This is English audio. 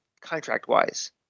contract-wise